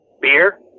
Beer